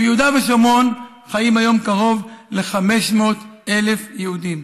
ביהודה ושומרון חיים היום קרוב ל-500,000 יהודים.